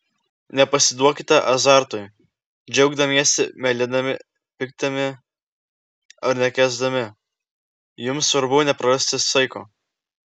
nepasiduokite azartui džiaugdamiesi mylėdami pykdami ar nekęsdami jums svarbu neprarasti saiko